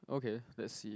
okay let see